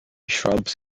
shrubs